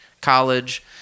college